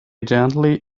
gently